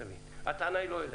תבין, הטענה היא לא אליך,